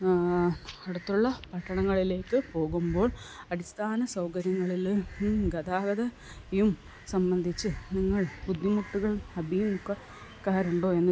അടുത്തുള്ള പട്ടണങ്ങളിലേക്ക് പോകുമ്പോൾ അടിസ്ഥാന സൗകര്യങ്ങളില് ഗതാഗതവും സംബന്ധിച്ച് നിങ്ങൾ ബുദ്ധിമുട്ടുകൾ അഭിമുഖീകരിക്കാറുണ്ടോ എന്ന്